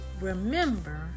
Remember